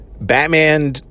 Batman